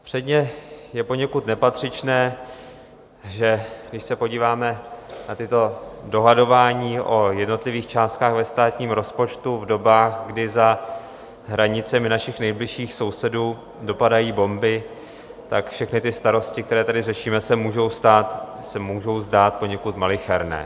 Předně je poněkud nepatřičné, když se podíváme na toto dohadování o jednotlivých částkách ve státním rozpočtu v dobách, kdy za hranicemi našich nejbližších sousedů dopadají bomby, tak všechny ty starosti, které tady řešíme, se můžou zdát poněkud malicherné.